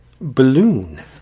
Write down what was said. balloon